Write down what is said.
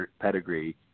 pedigree